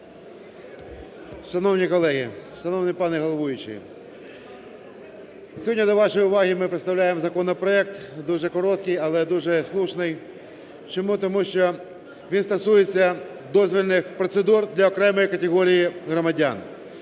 Шановні колеги! Шановний пане головуючий! Сьогодні до вашої уваги ми представляємо законопроект дуже короткий, але дуже слушний. Чому? Тому, що він стосується дозвільних процедур для окремої категорії громадян.